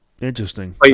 interesting